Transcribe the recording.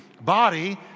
body